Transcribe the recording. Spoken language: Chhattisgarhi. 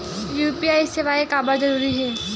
यू.पी.आई सेवाएं काबर जरूरी हे?